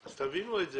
אם תבינו,